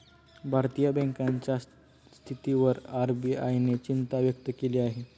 भारतीय बँकांच्या स्थितीवर आर.बी.आय ने चिंता व्यक्त केली आहे